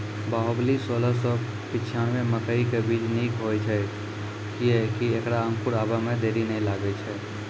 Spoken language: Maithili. बाहुबली सोलह सौ पिच्छान्यबे मकई के बीज निक होई छै किये की ऐकरा अंकुर आबै मे देरी नैय लागै छै?